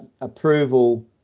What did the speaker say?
approval